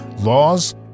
laws